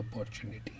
opportunity